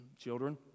Children